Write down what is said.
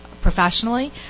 professionally